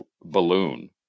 balloon